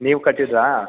ನೀವು ಕಟ್ಟಿದ್ದಿರಾ